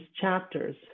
chapters